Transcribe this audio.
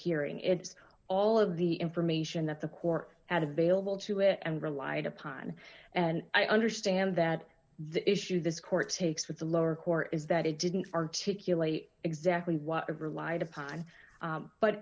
hearing it's all of the information that the court at available to it and relied upon and i understand that the issue this court takes with the lower court is that it didn't articulate exactly what relied upon